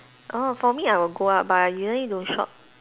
orh for me I will go out but I usually don't shop